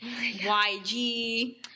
YG